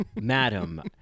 Madam